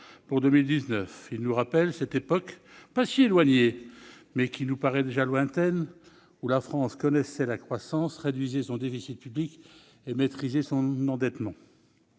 pour 2019 : il nous rappelle cette époque, pas si éloignée, mais qui nous paraît déjà lointaine, où la France connaissait la croissance, réduisait son déficit public et maîtrisait son endettement.